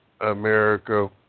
America